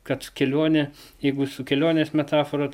kad kelionė jeigu su kelionės metafora tai